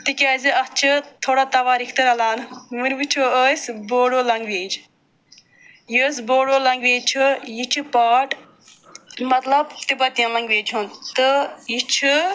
تِکیٛازِ اتھ چھِ تھواڑا تواریٖخ تہِ رلان وَنہِ وٕچھو أسۍ بوڈو لنٛگویج یُس بوڈو لنٛگویج چھُ یہِ چھِ پاٹ مطلب تِبتِین لنٛگویج ہُنٛد تہٕ یہِ چھِ